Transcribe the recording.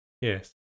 Yes